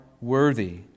worthy